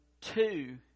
two